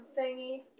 thingy